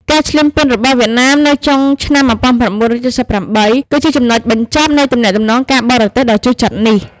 ការឈ្លានពានរបស់វៀតណាមនៅចុងឆ្នាំ១៩៧៨ គឺជាចំណុចបញ្ចប់នៃទំនាក់ទំនងការបរទេសដ៏ជូរចត់នេះ។